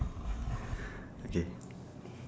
okay